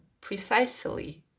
precisely